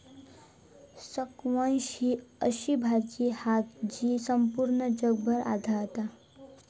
squash ही अशी भाजी हा जी संपूर्ण जगभर आढळता